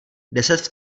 deset